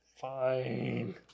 Fine